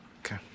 okay